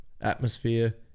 atmosphere